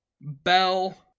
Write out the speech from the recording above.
Bell